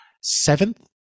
seventh